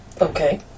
Okay